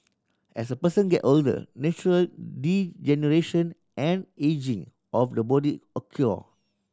as a person get older natural degeneration and ageing of the body